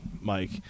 Mike